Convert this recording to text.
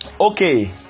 Okay